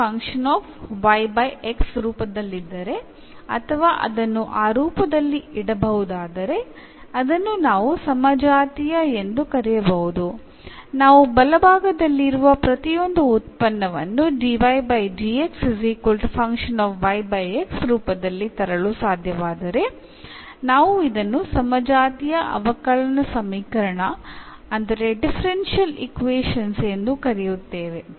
ഒരു first order first degree differential സമവാക്യത്തെ എന്ന രൂപത്തിൽ എഴുതാൻ സാധിക്കുമെങ്കിൽ അതിനെ ഹോമോജീനിയസ് എന്നു വിളിക്കുന്നു